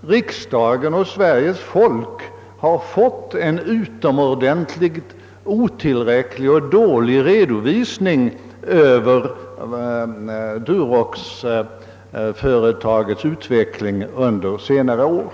riksdagen och Sveriges folk har fått en utomordentligt otillräcklig och dålig redovisning av Duroxföretagets utveckling under senare år.